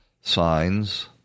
signs